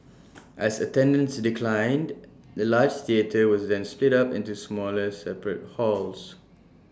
as attendance declined the large theatre was then split up into smaller separate halls